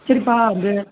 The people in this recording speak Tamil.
சரிப்பா இந்த